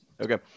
Okay